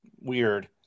weird